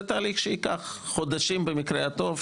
זה תהליך שייקח חודשים במקרה הטוב,